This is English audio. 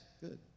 Good